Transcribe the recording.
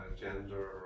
gender